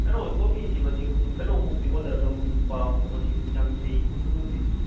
ꯀꯩꯅꯣ ꯀꯣꯐꯤꯁꯤ ꯃꯁꯤꯡ ꯀꯩꯅꯣꯃꯨꯛꯇꯤ ꯑꯣꯔꯗꯔ ꯇꯧ ꯄꯥꯝꯕ ꯃꯁꯤꯡ ꯌꯥꯡꯈꯩ ꯍꯨꯝꯐꯨꯃꯨꯛꯇꯤ